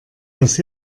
was